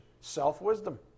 Self-wisdom